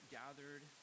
gathered